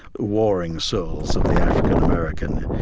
warring souls of the african american,